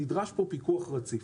שנדרש פה פיקוח רציף.